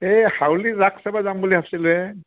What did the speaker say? এই হাউলীৰ ৰাস চাব যাম বুলি ভাবছিলোঁ এ